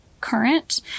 current